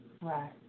right